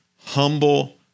humble